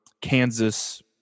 Kansas